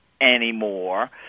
anymore